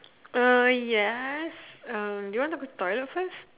uh yes uh you want to go toilet first